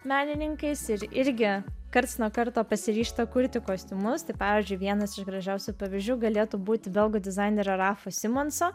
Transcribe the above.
menininkais ir irgi karts nuo karto pasiryžta kurti kostiumus tai pavyzdžiui vienas iš gražiausių pavyzdžių galėtų būti belgų dizainerio rafu simanso